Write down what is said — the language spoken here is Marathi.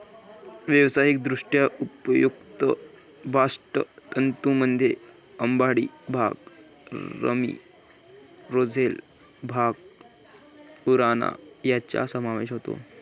व्यावसायिकदृष्ट्या उपयुक्त बास्ट तंतूंमध्ये अंबाडी, भांग, रॅमी, रोझेल, भांग, उराणा यांचा समावेश होतो